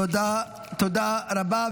תודה, תודה רבה.